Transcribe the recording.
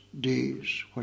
days